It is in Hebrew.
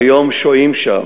כיום שוהים שם,